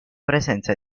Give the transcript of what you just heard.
presenza